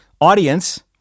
audience